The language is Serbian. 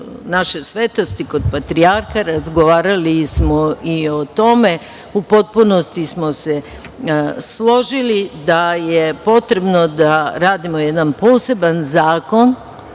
Naše svetosti, kod patrijarha, razgovarali smo i o tome. U potpunosti smo se složili da je potrebno da radimo jedan poseban zakon